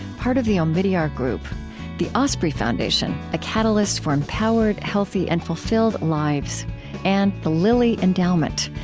part of the omidyar group the osprey foundation a catalyst for empowered, healthy, and fulfilled lives and the lilly endowment,